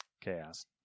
chaos